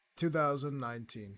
2019